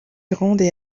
grandes